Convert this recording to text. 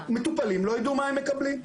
המטופלים לא יידעו מה הם מקבלים.